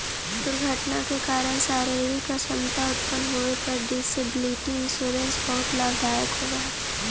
दुर्घटना के कारण शारीरिक अक्षमता उत्पन्न होवे पर डिसेबिलिटी इंश्योरेंस बहुत लाभदायक होवऽ हई